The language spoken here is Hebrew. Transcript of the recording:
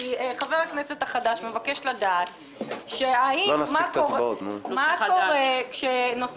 כי חבר הכנסת החדש מבקש לדעת מה קורה כאשר נושא